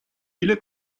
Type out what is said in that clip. ile